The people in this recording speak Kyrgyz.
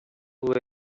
бул